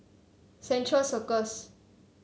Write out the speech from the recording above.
Central Circus